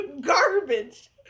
Garbage